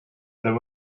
there